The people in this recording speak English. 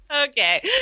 okay